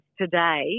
today